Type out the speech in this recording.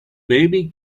baby